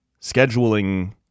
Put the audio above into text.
scheduling